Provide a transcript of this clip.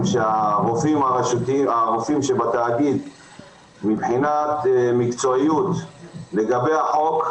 שהרופאים שבתאגיד מבחינת מקצועיות בהתייחס לחוק,